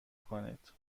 کنید